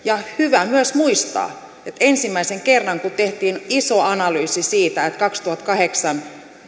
on hyvä myös muistaa että ensimmäisen kerran kun tehtiin iso analyysi siitä että kaksituhattakahdeksan